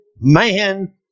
man